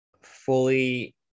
fully